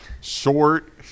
Short